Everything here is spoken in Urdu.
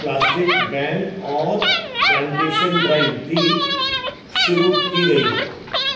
پلاسٹک بین اور پلانٹیشن ڈرائیو بھی شروع کی گئی ہے